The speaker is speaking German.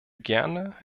gerne